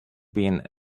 been